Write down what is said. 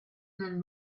nel